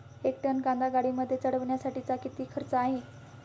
एक टन कांदा गाडीमध्ये चढवण्यासाठीचा किती खर्च आहे?